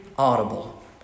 audible